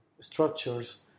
structures